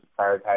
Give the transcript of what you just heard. prioritize